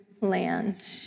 land